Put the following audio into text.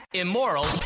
immoral